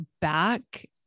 back